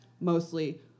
mostly